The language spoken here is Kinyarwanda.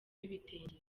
ibitenge